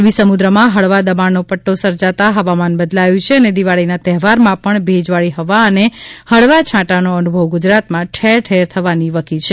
અરબી સમુદ્રમાં હળવા દબાણનો પદ્દો સર્જાતા હવામાન બદલાયું છે અને દિવાળીના તહેવારમાં પણ ભેજવાળી હવા અને હળવા છાંટાનો અનુભવ ગુજરાતમાં ઠેરઠેર થવાની વકી છે